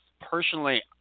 Personally